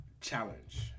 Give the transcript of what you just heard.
challenge